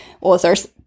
authors